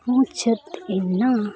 ᱢᱩᱪᱟᱹᱫ ᱮᱱᱟ